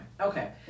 Okay